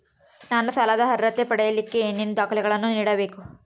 ನಾನು ಸಾಲದ ಅರ್ಹತೆ ಪಡಿಲಿಕ್ಕೆ ಏನೇನು ದಾಖಲೆಗಳನ್ನ ನೇಡಬೇಕು?